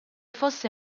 fosse